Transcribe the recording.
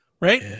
right